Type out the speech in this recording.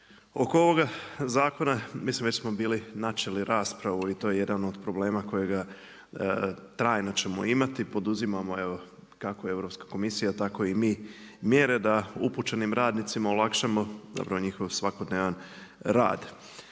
Oko ovoga zakona već smo bili načeli raspravu i to je jedan od problema kojega trajno ćemo imati. Poduzimamo evo kako Europska komisija tako i mi mjere da upućenim radnicima olakšamo zapravo njihov svakodnevan rad.